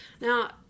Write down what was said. now